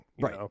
right